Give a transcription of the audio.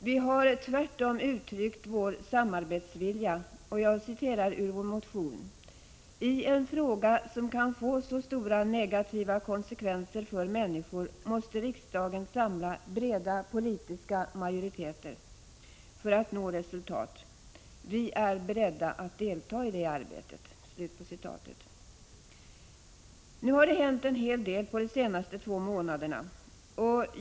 Vi har tvärtom uttryckt vår samarbetsvilja, och jag citerar ur vår motion: ”I en fråga som kan få så stora negativa konsekvenser för människor måste riksdagen samla breda politiska majoriteter för att nå resultat. Vi är beredda att delta i det arbetet.” Nu har det hänt en hel del under de senaste två månaderna.